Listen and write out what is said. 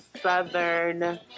Southern